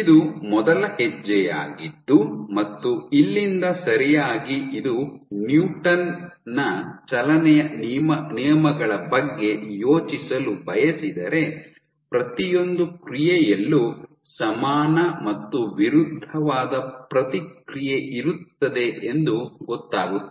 ಇದು ಮೊದಲ ಹೆಜ್ಜೆಯಾಗಿದ್ದು ಮತ್ತು ಇಲ್ಲಿಂದ ಸರಿಯಾಗಿ ಇದು ನ್ಯೂಟನ್ ನ ಚಲನೆಯ ನಿಯಮಗಳ ಬಗ್ಗೆ ಯೋಚಿಸಲು ಬಯಸಿದರೆ ಪ್ರತಿಯೊಂದು ಕ್ರಿಯೆಯಲ್ಲೂ ಸಮಾನ ಮತ್ತು ವಿರುದ್ಧವಾದ ಪ್ರತಿಕ್ರಿಯೆ ಇರುತ್ತದೆ ಎಂದು ಗೊತ್ತಾಗುತ್ತದೆ